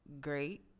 great